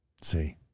See